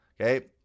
Okay